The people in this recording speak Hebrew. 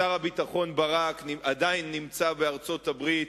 שר הביטחון ברק עדיין נמצא בארצות-הברית,